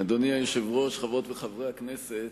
אדוני היושב-ראש, חברות וחברי הכנסת,